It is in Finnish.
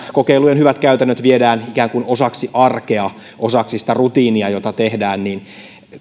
kokeilujen hyvät käytännöt viedään ikään kuin osaksi arkea osaksi sitä rutiinia jota tehdään niin